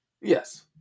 Yes